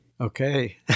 Okay